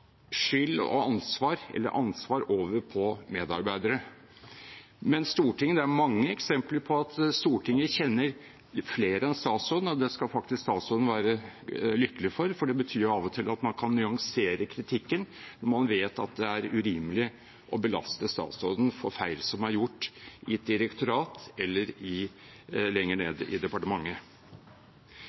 skyld eller ansvar over på medarbeidere. Men det er mange eksempler på at Stortinget kjenner flere enn statsråden, og det skal faktisk statsråden være lykkelig for, for det betyr av og til at man kan nyansere kritikken når man vet at det er urimelig å belaste statsråden for feil som er gjort i et direktorat eller lenger ned i departementet.